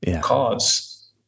cause